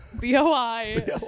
BOI